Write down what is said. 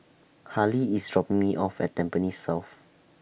Hali IS dropping Me off At Tampines South